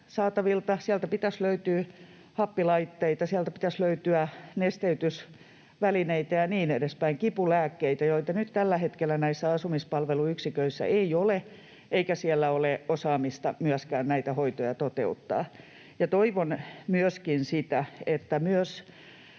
happilaitteita, siellä pitäisi löytyä nesteytysvälineitä ja niin edespäin, kipulääkkeitä, joita nyt tällä hetkellä näissä asumispalveluyksiköissä ei ole, eikä siellä ole myöskään osaamista näitä hoitoja toteuttaa. Toivon myöskin, että myös